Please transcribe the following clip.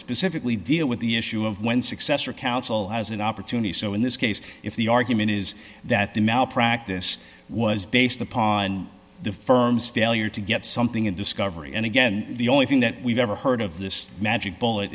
specifically deal with the issue of when successor counsel has an opportunity so in this case if the argument is that the malpractise was based upon the firm's failure to get something in discovery and again the only thing that we've ever heard of this magic bullet